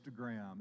Instagram